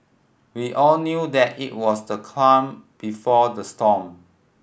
we all knew that it was the calm before the storm